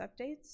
Updates